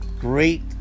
great